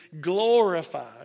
glorified